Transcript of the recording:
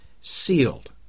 sealed